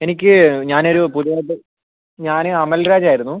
എനിക്ക് ഞാനൊരു പുതിയതായിട്ട് ഞാൻ അമൽരാജ് ആയിരുന്നു